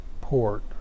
port